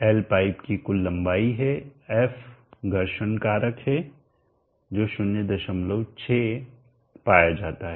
L pipe की कुल लंबाई है f घर्षण कारक है जो 06 से पाया जाता है